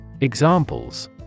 Examples